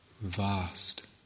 vast